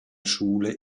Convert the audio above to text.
schule